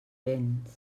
vents